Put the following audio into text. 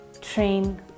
train